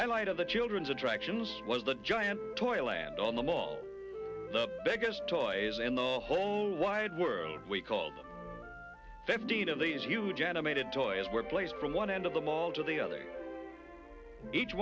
i light of the children's attractions was the giant toy land on the mall the biggest toys in the whole wide world we called fifteen of these huge animated toys were placed from one end of the mall to the other each